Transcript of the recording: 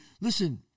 Listen